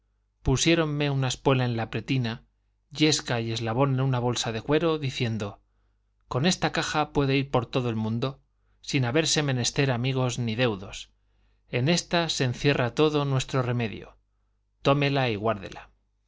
cuchillo pusiéronme una espuela en la pretina yesca y eslabón en una bolsa de cuero diciendo con esta caja puede ir por todo el mundo sin haber menester amigos ni deudos en esta se encierra todo nuestro remedio tómela y guárdela